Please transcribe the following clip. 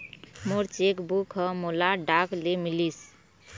मोर cheque book ह मोला डाक ले मिलिस